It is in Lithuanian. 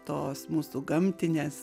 tos mūsų gamtinės